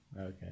okay